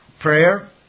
prayer